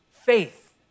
Faith